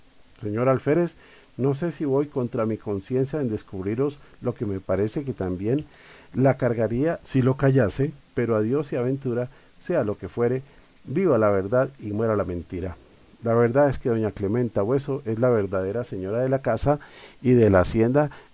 señor alférez no sé si voy contra mi conciencia en descubriros lo que me parece que también la cargaría si lo callase pero a dios y a ventura sea lo que fuere viva la verdad y muera la m entira la verdad es que doña clementa bueso es la verdadera señora de la casa y de la hacienda